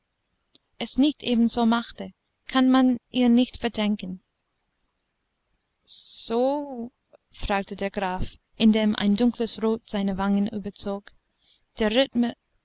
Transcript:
es nicht ebenso machte kann man ihr nicht verdenken so o fragte der graf indem ein dunkles rot seine wangen überzog der